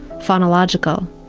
phonological.